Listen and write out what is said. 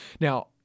Now